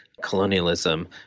colonialism